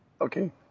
Okay